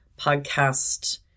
podcast